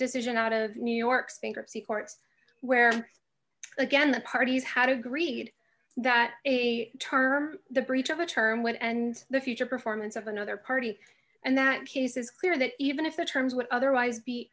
decision out of new york's bankruptcy courts where again the parties had agreed that a term the breach of a term when and the future performance of another party and that case is clear that even if the terms would otherwise be